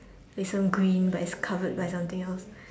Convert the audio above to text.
there's some green but it's covered by something else